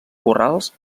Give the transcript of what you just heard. corrals